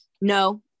no